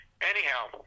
Anyhow